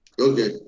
Okay